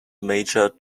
major